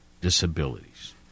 Disabilities